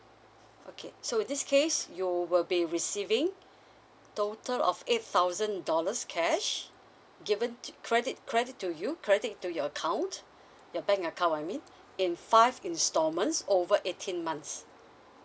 okay so in this case you will be receiving total of eight thousand dollars cash given to credit credit to you credit to your account your bank account I mean in five installments over eighteen months